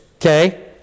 Okay